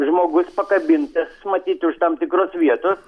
žmogus pakabintas matyt už tam tikros vietos